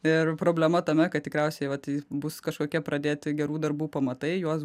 ir problema tame kad tikriausiai vat bus kažkokie pradėti gerų darbų pamatai juos